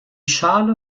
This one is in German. schale